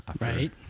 Right